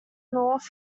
north